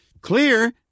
Clear